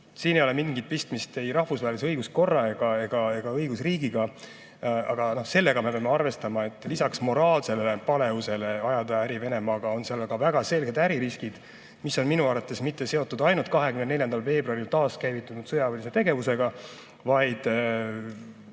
siin ei ole mingit pistmist ei rahvusvahelise õiguskorra ega õigusriigiga. Aga sellega me peame arvestama, et lisaks moraalsele küljele, kui aetakse äri Venemaaga, on seal ka väga selged äririskid, mis pole minu arvates seotud ainult 24. veebruaril taas käivitunud sõjalise tegevusega.